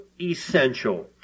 essential